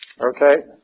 Okay